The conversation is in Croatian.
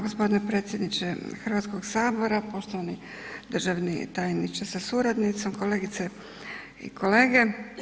Gospodine predsjedniče Hrvatskoga sabora, poštovani državni tajniče sa suradnicom, kolegice i kolege.